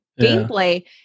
gameplay